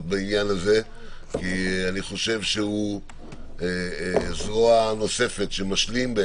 בעניין הזה כי אני חושב שהוא זרוע נוספת שמשלימה,